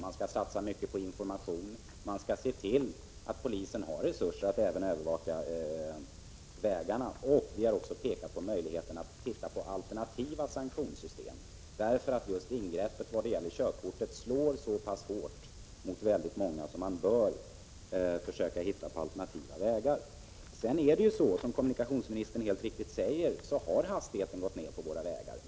Man skall satsa mycket på information och man skall se till att polisen har resurser att även övervaka vägarna. Vi har också pekat på möjligheten att titta på alternativa sanktionssystem. Just ingreppet körkortsindragning slår ju så pass hårt mot väldigt många och därför bör man försöka hitta alternativa metoder. Det är helt riktigt vad kommunikationsministern säger, nämligen att hastigheterna har minskat på våra vägar.